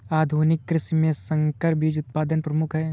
आधुनिक कृषि में संकर बीज उत्पादन प्रमुख है